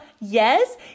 yes